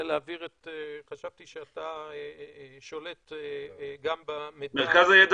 חשבתי שאתה שולט גם במידע --- מרכז הידע